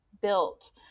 built